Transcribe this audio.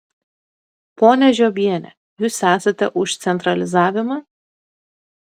ponia žiobiene jūs esate už centralizavimą